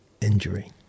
injury